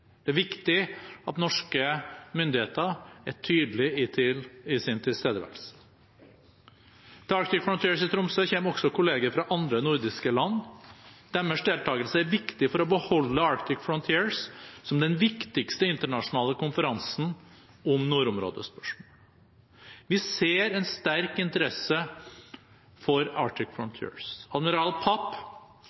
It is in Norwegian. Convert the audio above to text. Det er viktig at norske myndigheter er tydelige i sin tilstedeværelse. Til Arctic Frontiers i Tromsø kommer også kolleger fra andre nordiske land. Deres deltakelse er viktig for å beholde Arctic Frontiers som den viktigste internasjonale konferansen om nordområdespørsmål. Vi ser en sterk interesse for Arctic Frontiers. Admiral Papp,